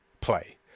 play